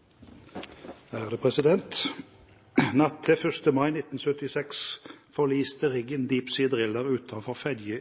Natt til 1. mai 1976 forliste riggen «Deep Sea Driller» utenfor Fedje